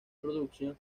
production